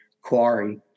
Quarry